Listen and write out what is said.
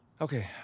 Okay